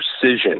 precision